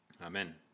Amen